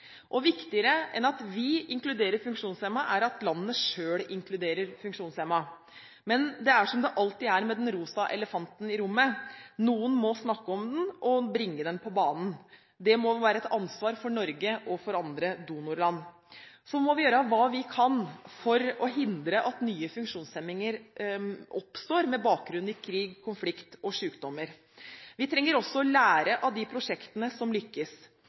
Viktigere enn at vi inkluderer funksjonshemmede, er det at landene selv inkluderer funksjonshemmede. Men det er som det alltid er med den rosa elefanten i rommet: Noen må snakke om den og bringe den på banen. Det må være et ansvar for Norge og for andre donorland. Vi må gjøre hva vi kan for å hindre at nye funksjonshemninger oppstår med bakgrunn i krig, konflikt og sykdommer. Vi trenger også å lære av de prosjektene som lykkes,